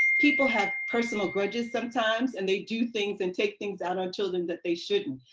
people have personal grudges sometimes and they do things and take things out on children that they shouldn't.